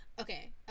Okay